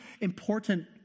important